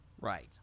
Right